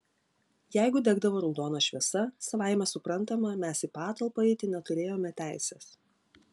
jeigu degdavo raudona šviesa savaime suprantama mes į patalpą eiti neturėjome teisės